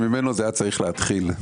שממנו זה היה צריך להתחיל,